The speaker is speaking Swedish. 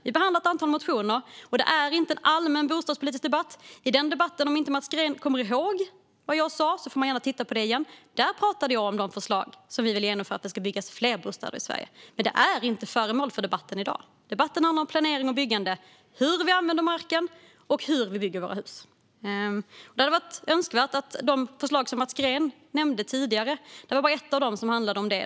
Vi behandlar ett antal motioner, och detta är inte en allmän bostadspolitisk debatt. Om Mats Green inte kommer ihåg vad jag sa i den debatten får han gärna titta på den igen. Där pratade jag om de förslag som vi vill genomföra för att det ska byggas fler bostäder i Sverige, men det är inte föremålet för debatten i dag. Denna debatt handlar om planering och byggande, hur vi använder marken och hur vi bygger våra hus. Av de förslag som Mats Green nämnde tidigare var det bara ett som handlade om detta.